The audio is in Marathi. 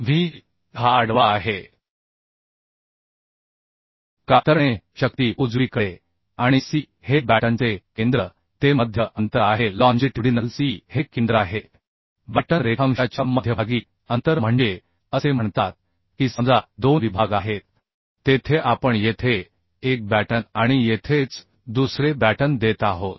व्ही हा आडवा आहे शिअर शक्ती आणि सी हे बॅटनचे केंद्र ते मध्य अंतर आहे लॉन्जिट्युडिनल सी हे केंद्र आहेबॅटन रेखांशाच्या मध्यभागी अंतर म्हणजे असे म्हणतात की समजा 2 विभाग आहेत तेथे आपण येथे 1 बॅटन आणि येथेच दुसरे बॅटन देत आहोत